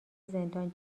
زندان